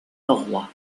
norrois